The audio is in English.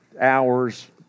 hours